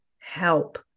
help